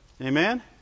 amen